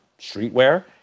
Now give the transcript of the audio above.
streetwear